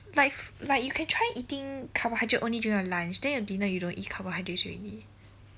like like you can try eating carbohydrate only during your lunch then your dinner you don't eat carbohydrates already